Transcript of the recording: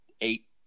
eight